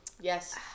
Yes